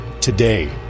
today